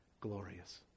glorious